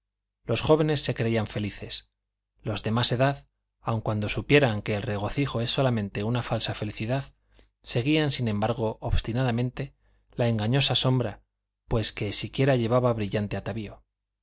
los jóvenes se creían felices los de más edad aun cuando supieran que el regocijo es solamente una falsa felicidad seguían sin embargo obstinadamente la engañosa sombra pues que siquiera llevaba brillante atavío